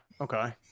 okay